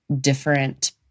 different